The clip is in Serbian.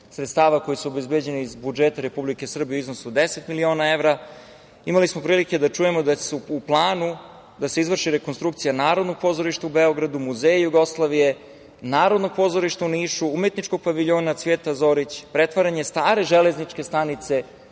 sredstava koji su obezbeđeni iz budžeta Republike Srbije u iznosu od 10 miliona evra, imali smo prilike da čujemo da je u planu da se izvrši rekonstrukcija Narodnog pozorišta u Beogradu, Muzeja Jugoslavije, Narodnog pozorišta u Nišu, Umetničkog paviljona „Cvijeta Zuzorić“, pretvaranje stare železničke stanice